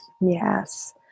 Yes